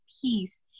peace